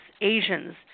Asians